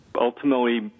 ultimately